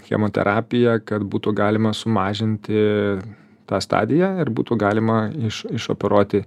chemoterapiją kad būtų galima sumažinti tą stadiją ir būtų galima iš išoperuoti